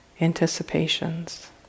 anticipations